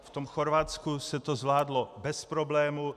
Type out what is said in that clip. V Chorvatsku se to zvládlo bez problémů.